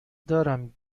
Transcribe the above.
دارم